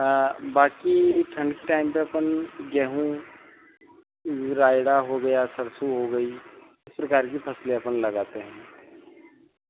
बाकी ठंड टाइम पर तो गेहूँ राइरा हो गया सरसों हो गई इस प्रकार की फ़सलें अपन लगाते हैं